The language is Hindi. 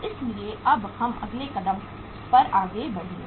इसलिए अब हम अगले कदम पर आगे बढ़ेंगे